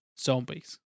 zombies